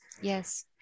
yes